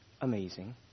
amazing